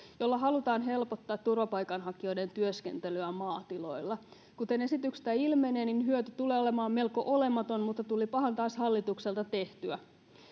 jolla halutaan helpottaa turvapaikanhakijoiden työskentelyä maatiloilla kuten esityksestä ilmenee niin hyöty tulee olemaan melko olematon mutta tulipahan taas hallitukselta tehtyä